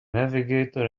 navigator